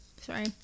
sorry